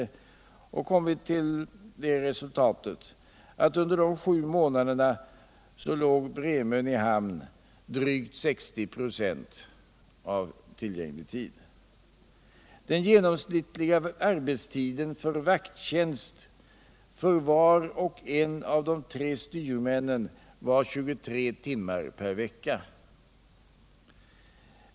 Då har vi kommit till resultatet att under dessa sju månader låg Bremön i hamn drygt 60 25 av tillgänglig tid. Den genomsnittliga arbetstiden med vakttjänst för var och en av de tre styrmännen var 23 timmar per vecka.